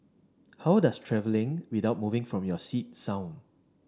how does travelling without moving from your seat sound